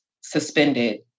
suspended